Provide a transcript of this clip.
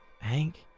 hank